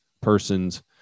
persons